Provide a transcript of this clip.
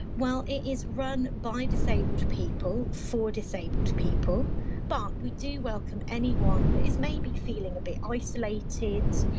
well, it is run by disabled people for disabled people but we do welcome anyone that is maybe feeling a bit isolated,